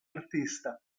artista